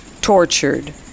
tortured